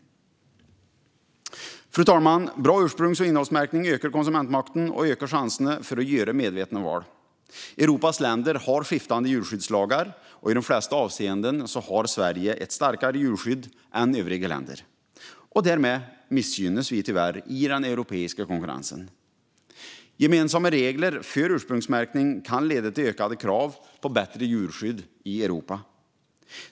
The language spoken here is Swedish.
Fru talman! Bra ursprungs och innehållsmärkning ökar konsumentmakten och ökar chanserna att göra medvetna val. Europas länder har skiftande djurskyddslagar, och i de flesta avseenden har Sverige ett starkare djurskydd än övriga länder. Därmed missgynnas vi tyvärr i den europeiska konkurrensen. Gemensamma regler för ursprungsmärkning kan leda till ökade krav på bättre djurskydd i Europa.